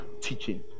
teaching